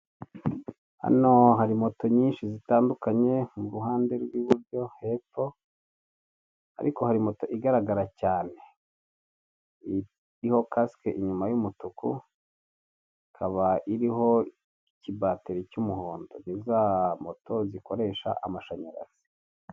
Hano hari moto nyinshi zitandukanye, mu ruhande rw'iburyo hepfo ariko hari moto igaragara cyane, iriho kasike inyuma y'umutuku ikaba iriho ikibateri cy'umuhondo ni za moto zikoresha amashanyarazi.